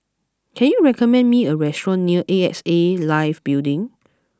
can you recommend me a restaurant near A X A Life Building